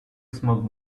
smoke